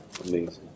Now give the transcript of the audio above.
Amazing